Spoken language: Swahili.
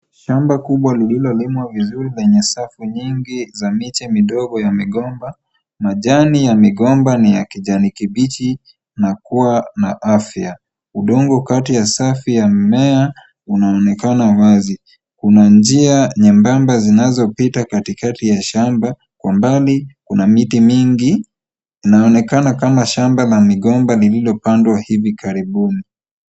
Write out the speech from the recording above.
Shamba kubwa liliolimwa vizuri lenye safu mingi za miche midogo ya migomba. Majani ya migomba ni ya kijani kibichi na kuwa na afya. Udongo kati ya safu ya mimea unaonekana wazi. Kuna njia nyembamba zinazopita katikati ya shamba. Kwa mbali, kuna miti mingi. Inaonekana kama shamba la migomba liliopandwa hivi karibuni.